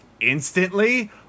instantly